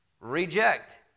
Reject